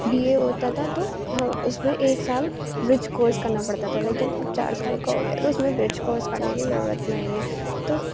be A ہوتا تھا تو اس میں ایک سال برج کورس کرنا پڑتا تھا لیکن اب چار سال کا ہو گیا ہے تو اس میں برج کورس کرنے کی ضرروت نہیں ہے تو